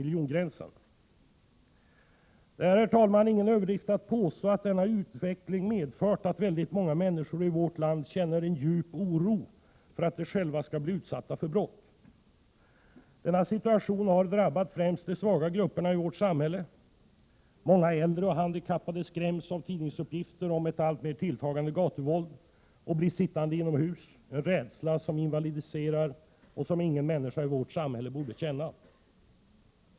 Det är ingen överdrift att påstå, herr talman, att denna utveckling har medfört att väldigt många människor i vårt land känner en djup oro för att de själva skall bli utsatta för brott. Denna situation har drabbat främst de svaga grupperna i samhället. Många äldre och handikappade skräms av tidningsuppgifter om ett alltmer tilltagande gatuvåld och blir sittande inomhus —- med en rädsla som invalidiserar och som ingen människa i vårt samhälle borde känna.